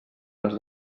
les